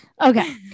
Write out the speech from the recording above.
Okay